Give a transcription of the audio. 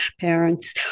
parents